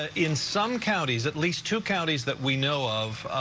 ah in some counties, at least two counties that we know of,